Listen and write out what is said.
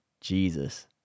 Jesus